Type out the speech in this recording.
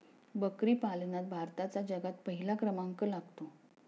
बकरी पालनात भारताचा जगात पहिला क्रमांक लागतो